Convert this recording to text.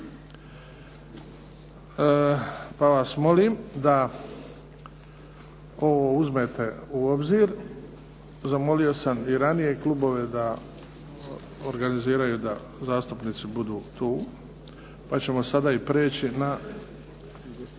Pa vas molim da ovo uzmete u obzir. Zamolio sam i ranije klubove da organiziraju da zastupnici budu tu, pa ćemo sada i priječi na.